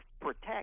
protect